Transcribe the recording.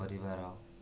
ପରିବାର